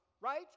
Right